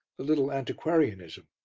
a little antiquarianism.